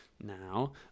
now